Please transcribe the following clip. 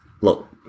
Look